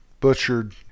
butchered